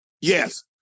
Yes